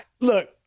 look